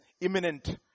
Imminent